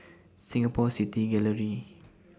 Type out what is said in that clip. Singapore City Gallery